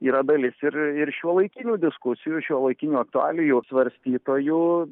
yra dalis ir ir šiuolaikinių diskusijų šiuolaikinių aktualijų svarstytojų